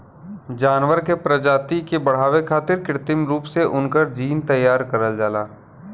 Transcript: जानवर के प्रजाति के बढ़ावे खारित कृत्रिम रूप से उनकर जीन तैयार करल जाला